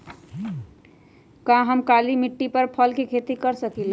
का हम काली मिट्टी पर फल के खेती कर सकिले?